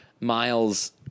Miles